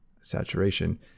saturation